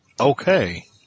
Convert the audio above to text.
Okay